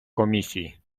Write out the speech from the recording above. комісії